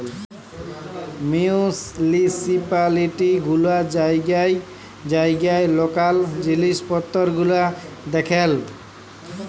municipality গুলা জাইগায় জাইগায় লকাল জিলিস পত্তর গুলা দ্যাখেল